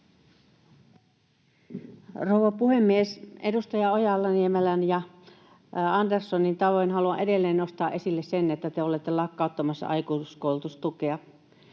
Rouva puhemies! Edustajien Ojala-Niemelä ja Andersson tavoin haluan edelleen nostaa esille sen, että te olette lakkauttamassa aikuiskoulutustukea.